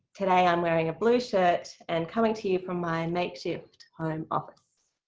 today, i'm wearing a blue shirt and coming to you from my makeshift home office.